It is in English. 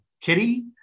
Kitty